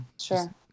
Sure